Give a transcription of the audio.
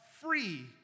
free